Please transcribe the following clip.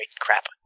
crap